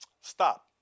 Stop